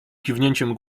kiwnięciem